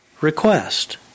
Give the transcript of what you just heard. request